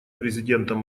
президентом